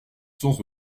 sans